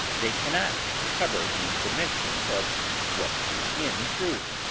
they cannot cover the dimensions of what is in truth.